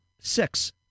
Six